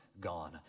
gone